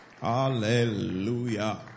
Hallelujah